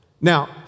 Now